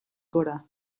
gora